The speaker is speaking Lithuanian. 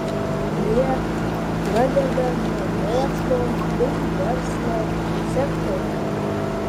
jie pradeda nuo mokslo bei verslo sektorių